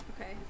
Okay